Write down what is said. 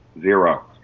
Zero